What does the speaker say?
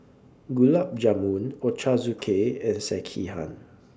Gulab Jamun Ochazuke and Sekihan